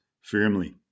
firmly